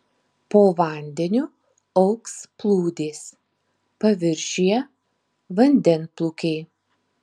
po vandeniu augs plūdės paviršiuje vandenplūkiai